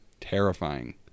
terrifying